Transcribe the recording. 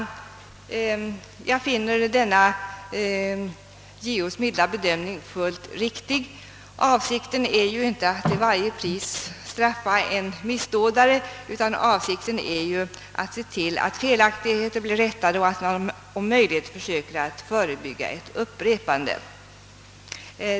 Jag finner denna JO:s milda bedömning fullt riktig. Avsikten är ju inte att till varje pris drabba en missdådare, utan avsikten är att se till att felaktigheter blir rättade och att man om möjligt försöker förebygga ett upprepande.